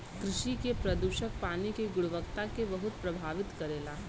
कृषि के प्रदूषक पानी के गुणवत्ता के बहुत प्रभावित करेला